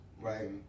right